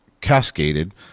cascaded